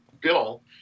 Bill